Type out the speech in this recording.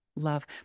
love